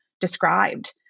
described